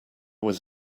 was